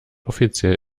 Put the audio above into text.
offiziell